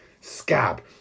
scab